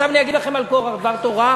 עכשיו אני אגיד לכם על קורח דבר תורה,